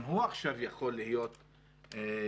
גם הוא עכשיו יכול להיות יותר גדול,